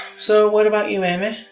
so what about you, amy?